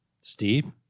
Steve